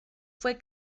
fue